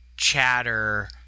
Chatter